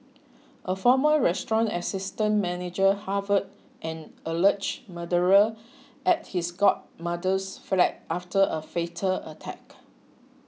a former restaurant assistant manager harboured an alleged murderer at his godmother's flat after a fatal attack